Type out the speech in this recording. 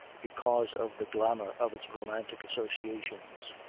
because of the glamour of its romantic associations.